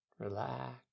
Relax